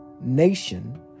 nation